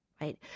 right